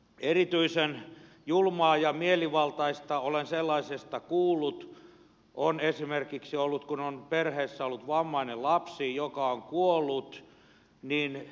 erityisen julmaa ja mielivaltaista olen sellaisesta kuullut on esimerkiksi ollut kunnon perheessä ollut vammainen lapsi joka on kuollut neljä